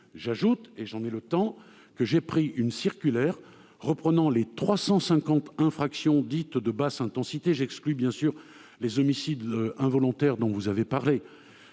J'ajoute que j'ai pris une circulaire reprenant les 350 infractions dites « de basse intensité »- j'exclus bien sûr les homicides involontaires, dont vous avez parlé